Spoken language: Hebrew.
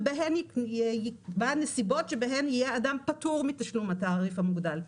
וכן יקבע נסיבות שבהן יהיה אדם פטור מתשלום התעריף המוגדל",